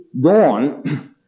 dawn